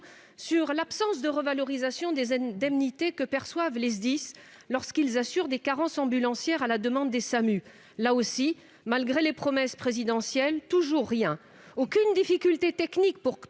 sur l'absence de revalorisation des indemnités que perçoivent les SDIS lorsqu'ils assurent des carences ambulancières à la demande des SAMU. Là encore, malgré les promesses présidentielles, toujours rien ! Il n'y a pourtant